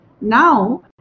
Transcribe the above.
now